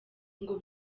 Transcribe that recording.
ngo